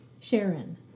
Sharon